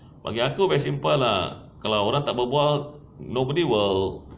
bagi aku very simple ah kalau orang tak berbual nobody will